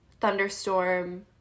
thunderstorm